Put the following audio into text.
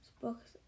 books